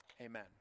amen